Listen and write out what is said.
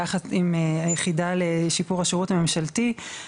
יחד עם היחידה לשיפור השירות הממשלתי,